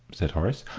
said horace.